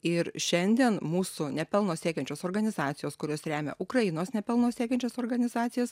ir šiandien mūsų nepelno siekiančios organizacijos kurios remia ukrainos nepelno siekiančias organizacijas